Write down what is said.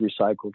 recycled